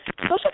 social